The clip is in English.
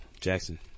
Jackson